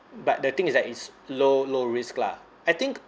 but the thing is that it's low low risk lah I think